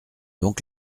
donc